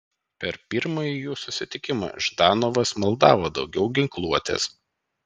per pirmąjį jų susitikimą ždanovas maldavo daugiau ginkluotės